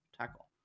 tackle